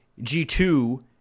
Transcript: G2